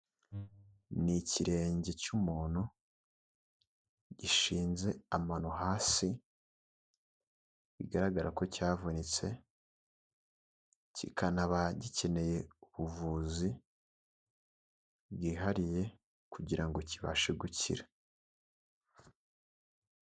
Ni ikirenge cy'umuntu gishinze amano hasi, bigaragara ko cyavunitse kikanaba gikeneye ubuvuzi bwihariye kugira ngo kibashe gukira.